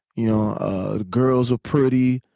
you know the girls were pretty.